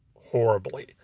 horribly